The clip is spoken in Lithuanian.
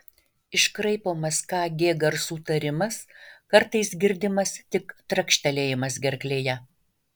iškraipomas k g garsų tarimas kartais girdimas tik trakštelėjimas gerklėje